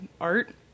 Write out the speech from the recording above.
art